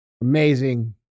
amazing